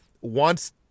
wants